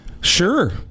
Sure